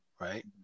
Right